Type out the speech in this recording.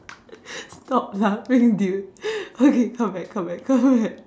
stop laughing dude okay come back come back come back